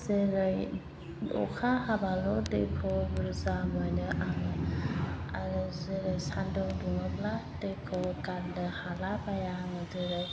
जेरै अखा हाबाल' दैखौ बुरजा मोनो आङो आरो जेरै सानदुं दुङोब्ला दैखौ गारनो हाला बाइया आङो जेरै